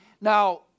Now